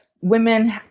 women